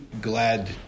glad